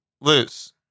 loose